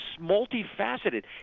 multifaceted